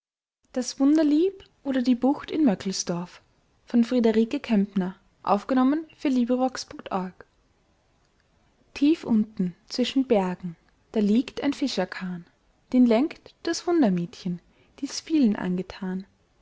wunderlieb oder die bucht in möckelsdorf tief unten zwischen bergen da liegt ein fischerkahn den lenkt das wundermädchen die s vielen angetan